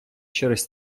через